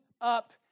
up